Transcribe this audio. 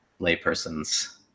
layperson's